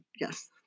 yes